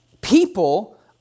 People